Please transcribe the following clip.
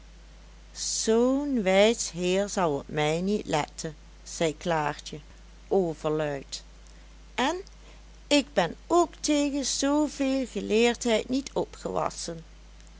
zoo'n wijs heer zal op mij niet letten zei klaartje overluid en ik ben ook tegen zooveel geleerdheid niet opgewassen